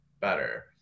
better